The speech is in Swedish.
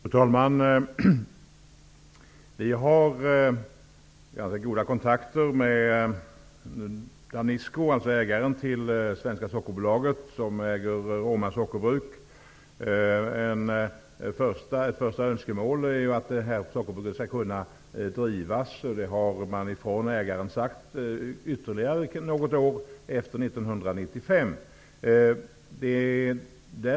Fru talman! Vi har ganska goda kontakter med Danisco, dvs. ägaren till Svenska sockerbolaget som äger Råma sockerbruk. Ett första önskemål är att detta sockerbruk skall kunna drivas ytterligare något år efter 1995. Detta har man från ägarens sida sagt ja till.